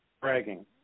bragging